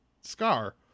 scar